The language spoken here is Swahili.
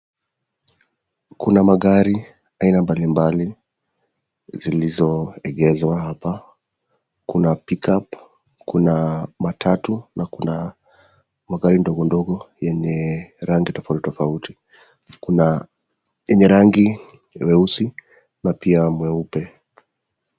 Kuna magari aina mbalimbali zilizoegezwa hapa kuna (pickup), kuna matatu na kuna magari ndogondogo yenye rangi tafauti tofauti kuna yenye rangi nyeusi na pia mweupe.